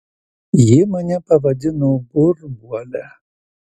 ji mane pavadino burbuole